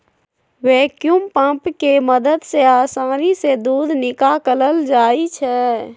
vacuum pump के मदद से आसानी से दूध निकाकलल जाइ छै